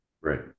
Right